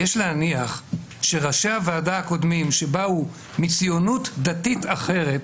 יש להניח שראשי הוועדה הקודמים שבאו מציונות דתית אחרת,